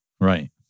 Right